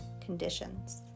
conditions